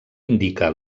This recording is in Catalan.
indica